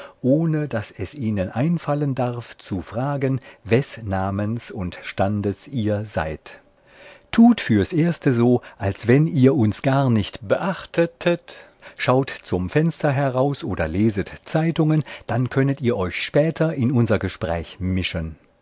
ohne daß es ihnen einfallen darf zu fragen wes namens und standes ihr seid tut fürs erste so als wenn ihr uns gar nicht beachtetet schaut zum fenster heraus oder leset zeitungen dann könnet ihr euch später in unser gespräch mischen